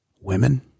women